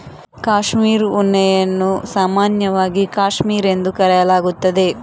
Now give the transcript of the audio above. cashmere ಉಣ್ಣೆಯನ್ನು ಸಾಮಾನ್ಯವಾಗಿ cashmere ಎಂದು ಕರೆಯಲಾಗುತ್ತದೆ